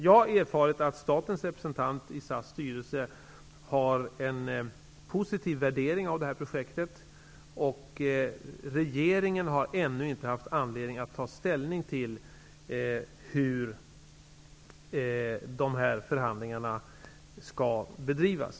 Jag har erfarit att statens representant i SAS styrelse har en positiv värdering av det här projektet. Regeringen har ännu inte haft anledning att ta ställning till hur förhandlingarna skall bedrivas.